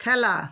খেলা